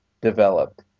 developed